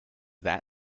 that